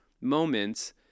moments—